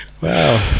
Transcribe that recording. Wow